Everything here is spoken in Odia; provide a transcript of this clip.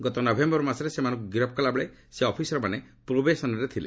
ଗତନଭେମ୍ବର ମାସରେ ସେମାନଙ୍କୁ ଗିରଫ୍ କଲାବେଳେ ସେଇ ଅଫିସରମାନେ ପ୍ରୋବେସନ୍ରେ ଥିଲେ